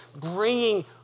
bringing